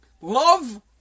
Love